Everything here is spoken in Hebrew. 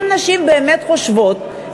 אם נשים באמת חושבות,